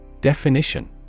Definition